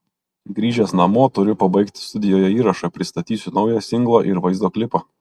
grįžęs namo turiu pabaigti studijoje įrašą pristatysiu naują singlą ir vaizdo klipą